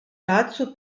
dazu